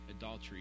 adultery